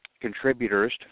contributors